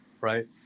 Right